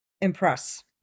impress